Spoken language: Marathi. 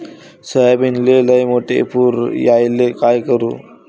सोयाबीनले लयमोठे फुल यायले काय करू?